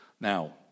Now